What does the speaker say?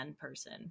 person